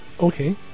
Okay